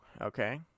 Okay